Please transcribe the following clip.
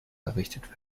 errichtet